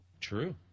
true